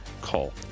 call